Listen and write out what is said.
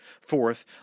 Fourth